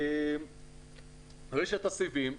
רשת הסיבים,